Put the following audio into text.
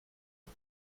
are